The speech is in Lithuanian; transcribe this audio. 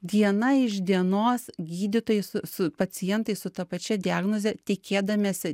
diena iš dienos gydytojai su su pacientais su ta pačia diagnoze tikėdamiesi